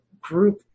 group